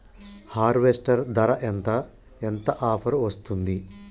Harvester ధర ఎంత ఎంత ఆఫర్ వస్తుంది?